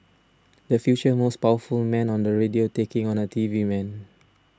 the future most powerful man on the radio taking on a T V man